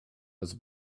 was